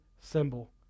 symbol